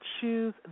choose